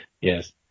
yes